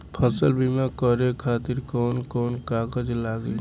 फसल बीमा करे खातिर कवन कवन कागज लागी?